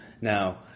now